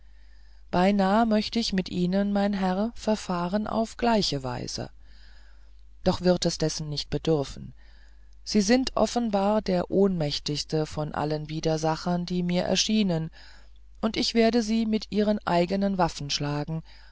beinahe möcht ich mit ihnen mein herr verfahren auf gleiche weise doch wird es dessen nicht bedürfen sie sind offenbar der ohnmächtigste von allen widersachern die mir erschienen und ich werde sie mit ihren eignen waffen schlagen